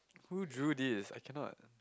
who drew this I cannot